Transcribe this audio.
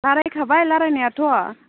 रायज्लायखाबाय रायज्लायनायाथ'